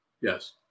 Yes